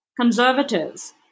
conservatives